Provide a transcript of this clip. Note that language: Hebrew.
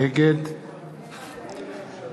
נגד